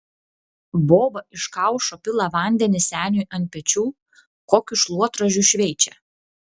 boba iš kaušo pila vandenį seniui ant pečių kokiu šluotražiu šveičia